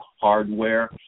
hardware